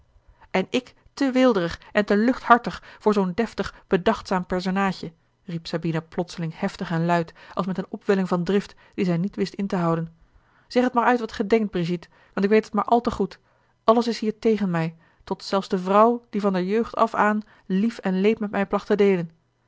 en ik te weelderig en te luchthartig voor zoo'n deftig bedachtzaam personaadje riep sabina plotseling heftig en luid als met eene opwelling van drift die zij niet wist in te houden zeg het maar uit wat gij denkt brigitte want ik weet het maar al te goed alles is hier tegen mij tot zelfs de vrouw die van der jeugd af aan lief en leed met mij placht te deelen